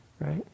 right